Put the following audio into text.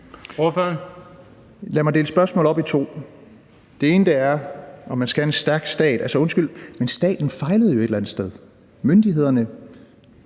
Lad mig dele spørgsmålet op i to. Det handler om, om man skal have en stærk stat. Altså, undskyld mig, men staten fejlede jo et eller andet sted. Myndighederne